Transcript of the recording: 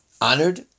honored